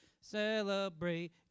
Celebrate